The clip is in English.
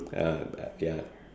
uh ya